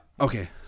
Okay